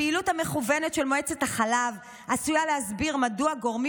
הפעילות המכוונת של מועצת החלב עשויה להסביר מדוע גורמים